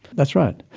that's right.